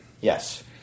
Yes